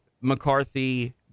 McCarthy